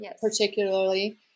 particularly